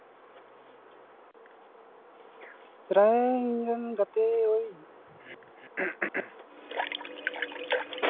ᱯᱨᱟᱭ ᱤᱧᱨᱮᱱ ᱜᱟᱛᱮ ᱳᱭ